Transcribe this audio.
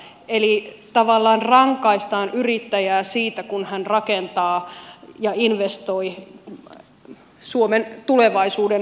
eli tavallaan rangaistaan yrittäjää siitä kun hän rakentaa ja investoi suomen tulevaisuuden hyväksi